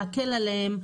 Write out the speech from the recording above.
להקל עליהם,